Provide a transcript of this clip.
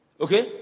Okay